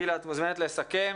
גילה, את מוזמנת לסכם.